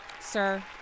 Sir